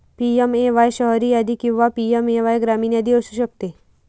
PMAY शहरी यादी किंवा पी.एम.ए.वाय ग्रामीण यादी असू शकते